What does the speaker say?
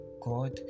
God